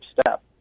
step